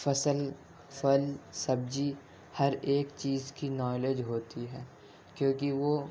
فصل پھل سبزی ہر ایک چیز کی نالج ہوتی ہے کیونکہ وہ